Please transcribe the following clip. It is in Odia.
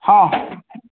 ହଁ